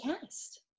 cast